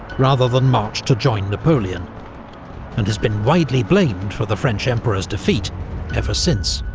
rather than march to join napoleon and has been widely blamed for the french emperor's defeat ever since.